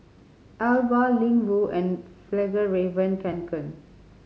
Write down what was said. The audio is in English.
Alba Ling Wu and Fjallraven Kanken